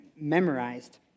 memorized